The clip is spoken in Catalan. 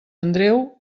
andreu